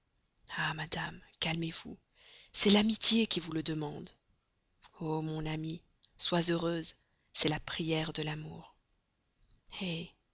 ah madame calmez-vous c'est l'amitié qui vous le demande o mon amie sois heureuse c'est la prière de l'amour hé